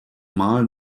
mal